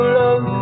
love